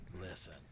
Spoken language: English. Listen